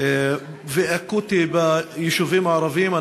ואקוטי ביישובים הערביים.